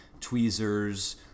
tweezers